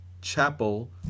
Chapel